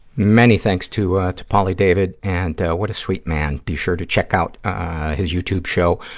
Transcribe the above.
many thanks to ah to pauly david, and what a sweet man. be sure to check out his youtube show,